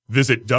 Visit